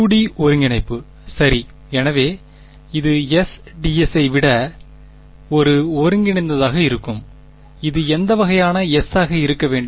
2D ஒருங்கிணைப்பு சரி எனவே இது S ds ஐ விட ஒரு ஒருங்கிணைந்ததாக இருக்கும் இது எந்த வகையான S ஆக இருக்க வேண்டும்